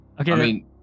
Okay